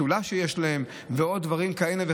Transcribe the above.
יש להם משולש ועוד דברים כאלה,